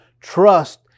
trust